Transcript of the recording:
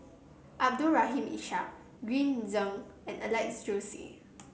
Abdul Rahim Ishak Green Zeng and Alex Josey